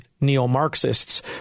neo-Marxists